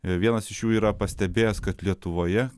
vienas iš jų yra pastebėjęs kad lietuvoje